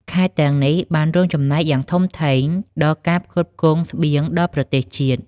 ខេត្តទាំងនេះ បានរួមចំណែកយ៉ាងធំធេងដល់ការផ្គត់ផ្គង់ស្បៀងដល់ប្រទេសជាតិ។